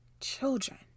children